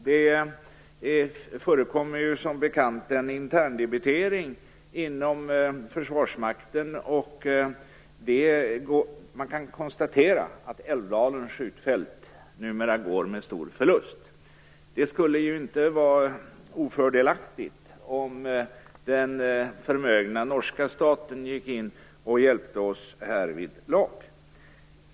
Det förekommer som bekant en intern debitering inom Försvarsmakten. Man kan konstatera att Älvdalens skjutfält numera går med stor förlust. Det skulle inte vara ofördelaktigt om den förmögna norska staten gick in och hjälpte oss härvidlag.